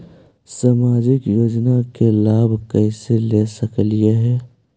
सामाजिक योजना के लाभ कैसे ले सकली हे?